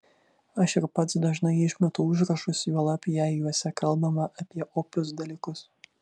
aš ir pats dažnai išmetu užrašus juolab jei juose kalbama apie opius dalykus